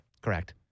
Correct